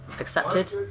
accepted